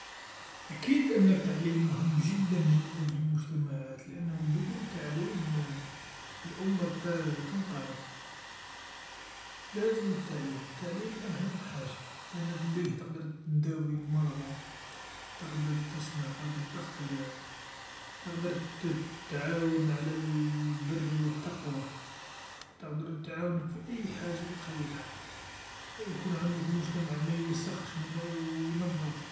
أكيد أن التعليم مهم جدا جدا في المجتمعات، لأنه بدون تعليم الأمه ت- تنقرض، لازم التعليم, التعليم أهم حاجه، لأنو بيه تقدر داوي المرضى، قادر تصنع قادر تخترع، تقدر ت- تعاون على ل-البر و التقوى، تقدر تعاونك في أي حاجه تخيلها، يكون عندك مجتمع ما يوسخش ما ي و ينظف.